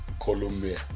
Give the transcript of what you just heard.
Colombia